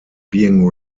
being